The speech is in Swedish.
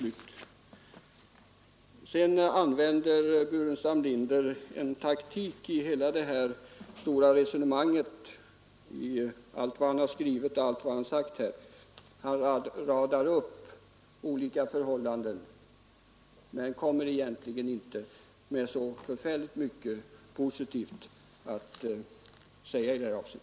Slutligen använde herr Burenstam Linder samma taktik här som han alltid har använt när han sagt eller skrivit något; han radar upp olika ting men har egentligen inte mycket positivt att säga i dessa frågor.